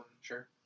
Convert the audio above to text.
Sure